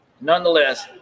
nonetheless